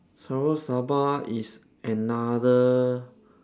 sarawak sabah is another